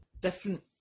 different